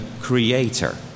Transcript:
creator